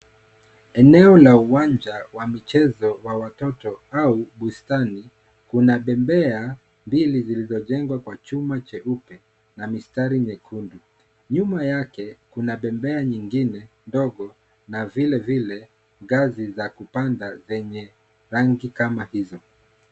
Eneo la uwanja wa michezo wa watoto au bustani, kunabembea mbili zilizojengwa kwa chuma cheupe na msitari nyekundu, nyuma yake kuna bembea nyingine ndogo na vilevile ngazi za kupanda zenye rangi kama hizo.